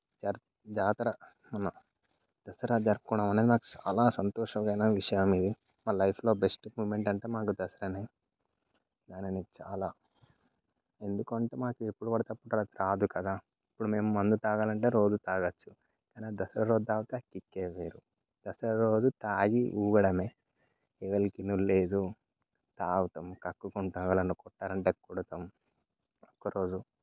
జ జాతర మన దసరా జరుపుకోవడం అనేది చాలా సంతోషం అయినా విషయం ఇది మా లైఫ్లో బెస్ట్ మూమెంట్ అంటే మాకు దసరానే దానిని చాలా ఎందుకు అంటే మాకు ఎప్పుడు పడితే అప్పుడు రాదు కదా ఇప్పుడు మేము మందు తాగాలంటే రోజు తాగచ్చు అయినా దసరా రోజు తాగితే దాని కిక్కే వేరు దసరా రోజు తాగి ఊగడమే ఎవ్వళ్ళకి వినుడులేదు తాగుతాం కక్కుకుంటూ ఎవరన్నా కొట్టాలంటే కొడతాం ఒక్కరోజు